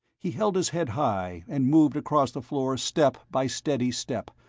he held his head high and moved across the floor step by steady step,